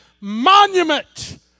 monument